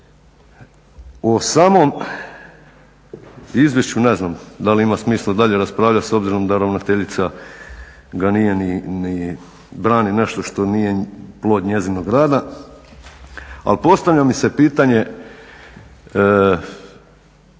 O samom izvješću ne znam da li ima smisla dalje raspravljat s obzirom da ravnateljica ga nije ni, brani nešto što nije plod njezinog rada. Ali postavlja mi se pitanje,